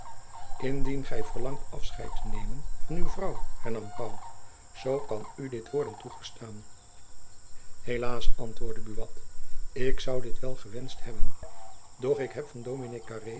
indien gy verlangt afscheid te nemen van uw vrouw hernam pauw zoo kan u dit worden toegestaan helaas antwoordde buat ik zoû dit wel gewenscht hebben doch ik heb van